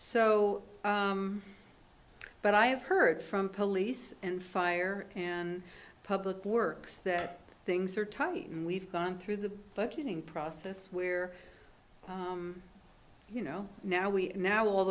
so but i have heard from police and fire and public works that things are tough and we've gone through the budgeting process where you know now we now all